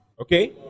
Okay